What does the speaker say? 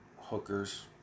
hookers